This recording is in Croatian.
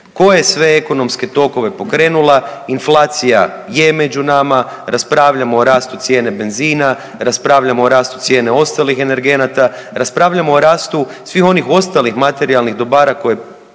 Koje sve ekonomske tokove pokrenula, inflacija je među nama, raspravljamo o rastu cijene benzina, raspravljamo o rastu cijene ostalih energenata, raspravlja o rastu svih onih ostalih materijalnih dobara koje